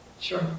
Sure